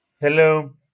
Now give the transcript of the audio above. Hello